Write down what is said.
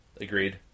agreed